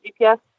gps